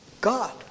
God